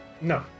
No